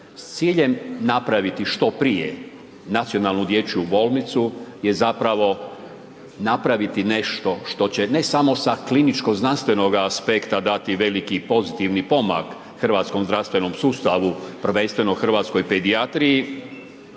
ciljem napraviti što prije nacionalnu dječju bolnicu je zapravo napraviti nešto što će, ne samo sa kliničkog znanstvenoga aspekta dati veliki pozitivni pomak hrvatskom zdravstvenom sustavu, prvenstveno hrvatskoj pedijatriji,